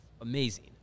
amazing